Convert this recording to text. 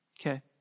Okay